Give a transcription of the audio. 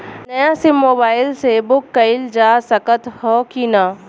नया SIM mobile से book कइलजा सकत ह कि ना?